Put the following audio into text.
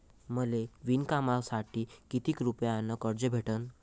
मले विणकामासाठी किती रुपयानं कर्ज भेटन?